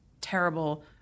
terrible